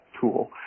tool